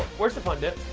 where's the fun dip?